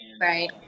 Right